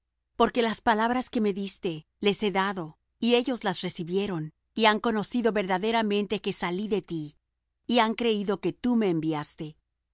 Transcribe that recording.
porque las palabras que me diste les he dado y ellos las recibieron y han conocido verdaderamente que salí de ti y han creído que tú me enviaste yo